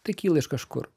tai kyla iš kažkur